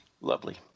Lovely